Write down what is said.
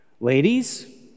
Ladies